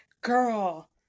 girl